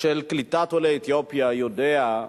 של קליטת עולי אתיופיה, יודע.